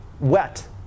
wet